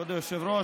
כבוד היושב-ראש,